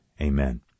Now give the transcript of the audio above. Amen